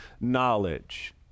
knowledge